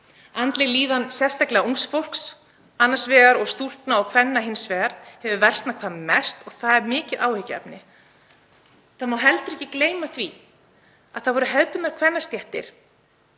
Andleg líðan sérstaklega ungs fólks annars vegar og stúlkna og kvenna hins vegar hefur versnað hvað mest og það er mikið áhyggjuefni. Það má heldur ekki gleyma því að það voru hefðbundnar kvennastéttir